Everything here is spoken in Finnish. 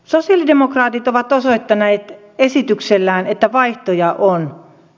sosialidemokraatit ovat osoittaneet esityksellään että vaihtoehtoja on